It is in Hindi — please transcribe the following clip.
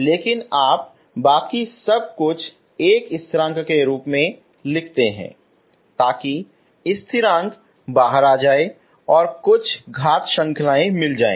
लेकिन आप बाकी सब कुछ एक स्थिरांक के रूप में लिखते हैं ताकि स्थिरांक बाहर आ जाए और कुछ घात श्रंखला आ जाए